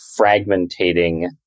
fragmentating